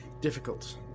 Difficult